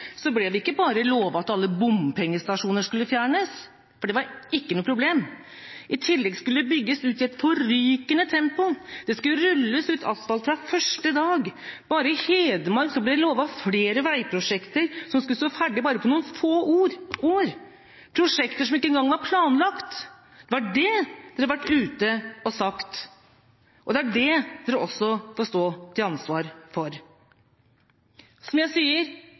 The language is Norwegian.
ble det ikke bare lovet at alle bompengestasjoner skulle fjernes, for det var ikke noe problem. Det skulle i tillegg bygges ut i et forrykende tempo. Det skulle rulles ut asfalt fra første dag. Bare i Hedmark ble det lovet flere veiprosjekter som skulle stå ferdig på bare noen få år, prosjekter som ikke engang var planlagt. Det var det dere hadde vært ute og sagt. Det er det dere også får stå til ansvar for. Som jeg sier: